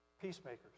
peacemakers